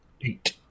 Eight